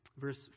Verse